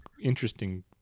interesting